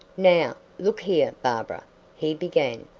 now, look here, barbara he began,